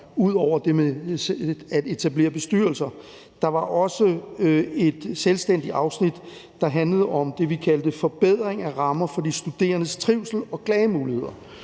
det at etablere bestyrelser. Der var også et selvstændigt afsnit, der handlede om det, vi kaldte for forbedring af rammer for de studerendes trivsel og klagemuligheder.